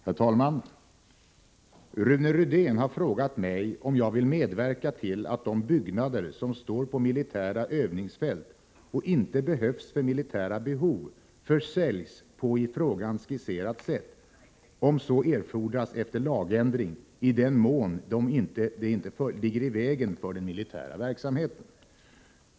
Herr talman! Rune Rydén har frågat mig om jag vill medverka till att de byggnader som står på militära övningsfält och inte behövs för militära behov försäljs på i frågan skisserat sätt — om så erfordras efter lagändring —i den mån de inte ligger i vägen för den militära verksamheten.